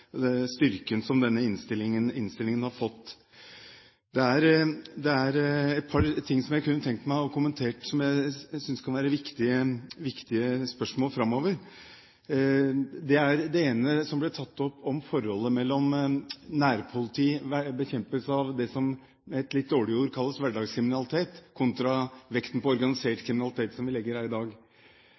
jeg kunne tenke meg å kommentere, som jeg tror kan bli viktige spørsmål framover. Det ene som ble tatt opp, er forholdet mellom nærpoliti og bekjempelse av det som med et litt dårlig ord kalles «hverdagskriminalitet», kontra vekten på organisert kriminalitet, som vi legger vekt på her i dag.